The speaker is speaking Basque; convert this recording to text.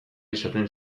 izaten